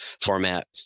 format